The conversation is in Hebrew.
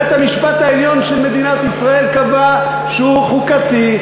בית-המשפט העליון של מדינת ישראל קבע שהוא חוקתי,